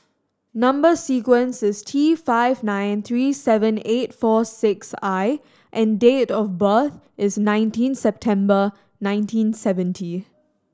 number sequence is T five nine three seven eight four six I and date of birth is nineteen September nineteen seventy